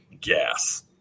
gas